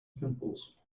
pimples